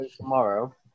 tomorrow